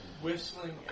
Whistling